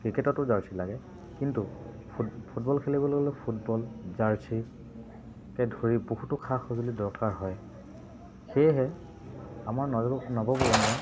ক্ৰিকেটতো jersey লাগে কিন্তু foot football খেলিবলৈ গ'লে ফুটবল জাৰ্চিকে ধৰি বহুতো সা সঁজুলি দৰকাৰ হয় সেয়েহে আমাৰ নৱ নৱপ্ৰজন্মই